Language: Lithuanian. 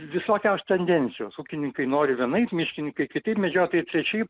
visokios tendencijos ūkininkai nori vienaip miškininkai kitaip medžiotojai trečiaip